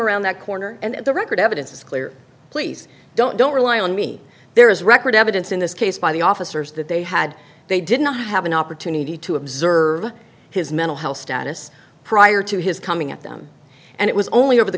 around that corner and the record evidence is clear please don't don't rely on me there is record evidence in this case by the officers that they had they didn't have an opportunity to observe his mental health status prior to his coming at them and it was only over the